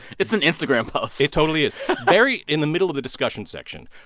it's an instagram post it totally is buried in the middle of the discussion section,